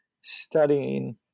studying